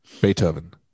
beethoven